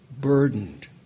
burdened